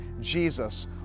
Jesus